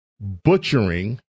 butchering